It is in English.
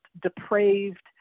depraved